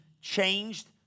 changed